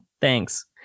thanks